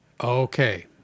Okay